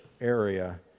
area